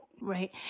Right